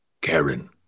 Karen